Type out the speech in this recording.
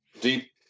deep